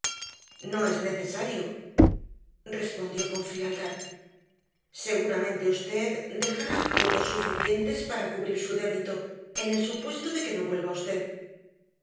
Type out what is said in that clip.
no es necesario respondió con frialdad seguramente usted dejará objetos suficientes para cubrir su débito en el supuesto de que no vuelva usted